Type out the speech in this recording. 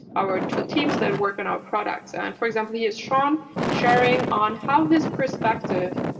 our teams that work on our products. and for example, he is shown sharing on how his perspective,